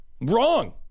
wrong